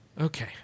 Okay